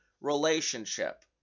relationship